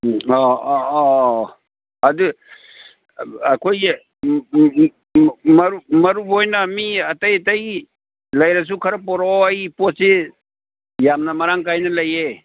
ꯑꯣ ꯑꯗꯨ ꯑꯩꯈꯣꯏꯒꯤ ꯃꯔꯨ ꯑꯣꯏꯅ ꯃꯤ ꯑꯇꯩ ꯑꯇꯩ ꯂꯩꯔꯁꯨ ꯈꯔ ꯄꯣꯔꯛꯑꯣ ꯑꯩ ꯄꯣꯠꯁꯤ ꯌꯥꯝꯅ ꯃꯔꯥꯡ ꯀꯥꯏꯅ ꯂꯩꯌꯦ